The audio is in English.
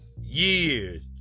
years